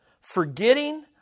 forgetting